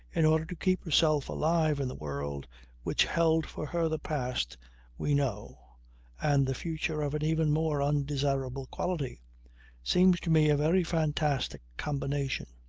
in order to keep herself alive in the world which held for her the past we know and the future of an even more undesirable quality seems to me a very fantastic combination.